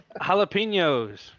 Jalapenos